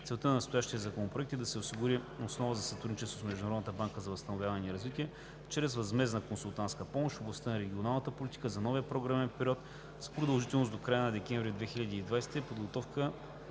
Целта на настоящия законопроект е да се осигури основа за сътрудничество с Международната банка за възстановяване и развитие чрез възмездна консултантска помощ в областта на регионалната политика за новия програмен период с продължителност до края на декември 2020